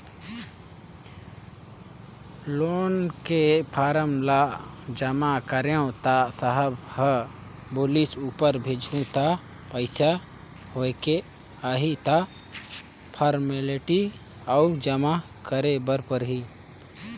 loan के form ल जमा करेंव त साहब ह बोलिस ऊपर भेजहूँ त पास होयके आही त फारमेलटी अउ जमा करे बर परही